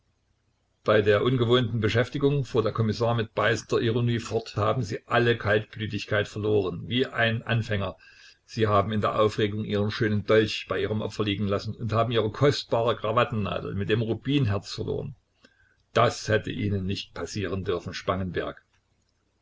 bei der ungewohnten beschäftigung fuhr der kommissar mit beißender ironie fort haben sie alle kaltblütigkeit verloren wie ein anfänger sie haben in der aufregung ihren schönen dolch bei ihrem opfer liegen lassen und haben ihre kostbare krawattennadel mit dem rubinherz verloren das hätte ihnen nicht passieren dürfen spangenberg